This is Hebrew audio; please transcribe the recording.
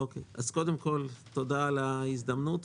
קודם כול, תודה על ההזדמנות.